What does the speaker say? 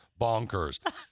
bonkers